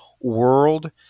world